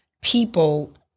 people